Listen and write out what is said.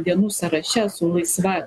dienų sąraše su laisva